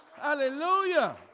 Hallelujah